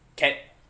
can